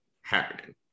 happening